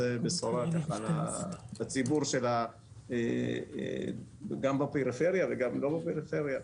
זו בשורה ככה לציבור גם בפריפריה וגם לא לפריפריה.